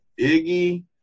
Iggy